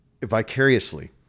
vicariously